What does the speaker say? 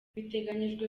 biteganijwe